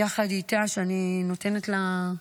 ואני נותנת לה,